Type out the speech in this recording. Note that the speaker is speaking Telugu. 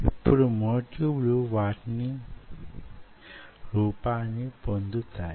ఇప్పుడు మ్యో ట్యూబ్ లు వాటి రూపాన్ని పొందుతాయి